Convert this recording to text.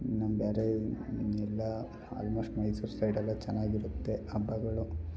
ಇನ್ನೂ ಬೇರೆ ಎಲ್ಲ ಆಲ್ಮೋಸ್ಟ್ ಮೈಸೂರು ಸೈಡೆಲ್ಲ ಚೆನ್ನಾಗಿರುತ್ತೆ ಹಬ್ಬಗಳು